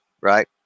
right